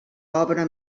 obra